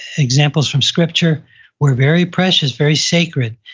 examples from scripture were very precious, very sacred.